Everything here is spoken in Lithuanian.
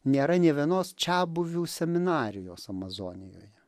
nėra nė vienos čiabuvių seminarijos amazonijoje